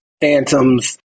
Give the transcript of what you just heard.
Phantoms